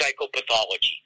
psychopathology